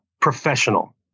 Professional